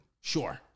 Sure